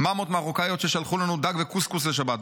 מאמות מרוקאיות ששלחו לנו דג וקוסקוס לשבת,